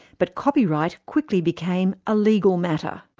but copyright quickly became a legal matter.